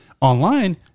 online